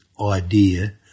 idea